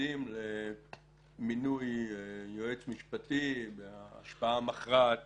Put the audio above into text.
שמתנגדים למינוי יועץ משפטי בהשפעה מכרעת